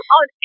on